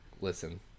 Listen